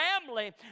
family